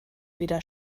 wieder